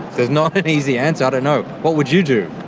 there's not an easy answer. i don't know, what would you do?